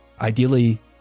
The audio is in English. ideally